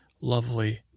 lovely